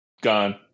Gone